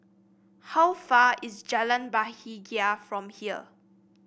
how far away is Jalan Bahagia from here